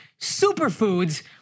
superfoods